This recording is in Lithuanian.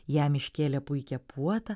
jam iškėlė puikią puotą